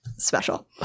special